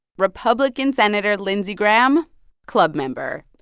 republican senator lindsey graham club member.